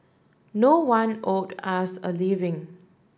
no one owed us a living